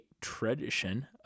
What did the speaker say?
tradition